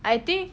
I think